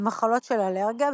במחלות של אלרגיה,